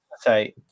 say